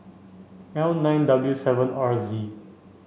L nine W seven R Z